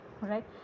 right